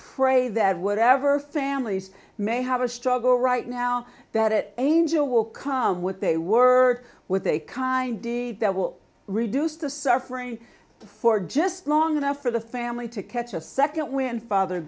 pray that whatever families may have a struggle right now that it angel will come with a word with a kind deed that will reduce the suffering for just long enough for the family to catch a second when father